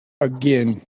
again